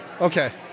Okay